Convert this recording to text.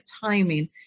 timing